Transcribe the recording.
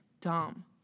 Dumb